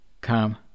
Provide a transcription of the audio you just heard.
come